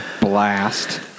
blast